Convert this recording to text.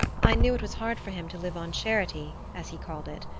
i knew it was hard for him to live on charity, as he called it,